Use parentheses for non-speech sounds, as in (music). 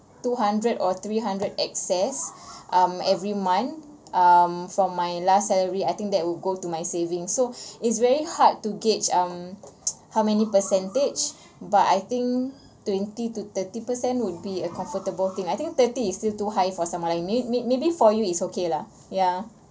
two hundred or three hundred excess um every month um from my last salary I think that would go to my saving so it's very hard to gauge um (noise) how many percentage but I think twenty to thirty percent would be a comfortable thing I think thirty is still too high for somebody like me may~ maybe for you is okay lah ya